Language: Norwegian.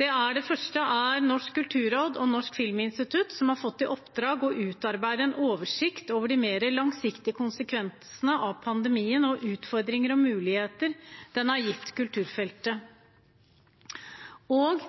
Det første er Norsk kulturråd og Norsk filminstitutt, som har fått i oppdrag å utarbeide en oversikt over de mer langsiktige konsekvensene av pandemien og utfordringer og muligheter den har gitt kulturfeltet.